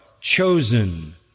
chosen